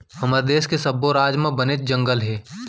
हमर देस के सब्बो राज म बनेच जंगल हे